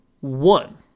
one